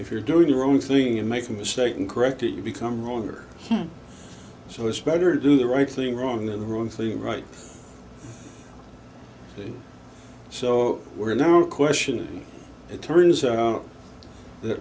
if you're doing the wrong thing and make a mistake and correct it you become wrong or so it's better to do the right thing wrong or the wrong thing right so we're now questioning it turns out that